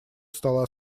стола